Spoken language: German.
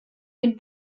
den